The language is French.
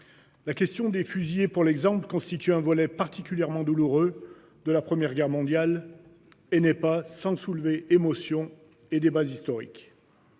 La question des fusillés pour l'exemple constitue un volet particulièrement douloureux de la première guerre mondiale et n'est pas sans soulever émotion et des bas historique.